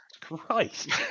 Christ